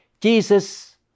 Jesus